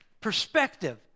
perspective